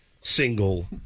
single